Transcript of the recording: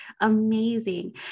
amazing